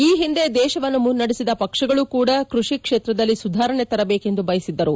ಈ ಹಿಂದೆ ದೇಶವನ್ನು ಮುನ್ನೆಡೆಸಿದ ಪಕ್ಷಗಳೂ ಕೂಡ ಕೃಷಿ ಕ್ಷೇತ್ರದಲ್ಲಿ ಸುಧಾರಣೆ ತರಬೇಕೆಂದು ಬಯಸಿದ್ದರು